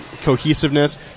cohesiveness